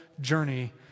journey